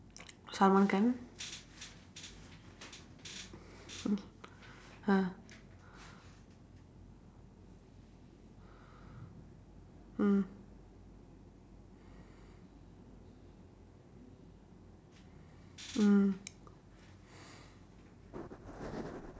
summer camp ah mm mm